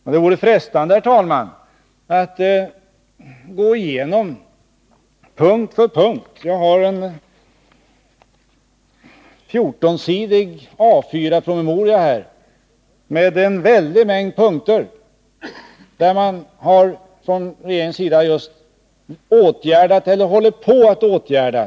Men det vore frestande, herr talman, att gå igenom dem punkt för punkt. Jag har en 14-sidig A 4-promemoria här med en mängd punkter, vilka regeringen just åtgärdat eller håller på att åtgärda.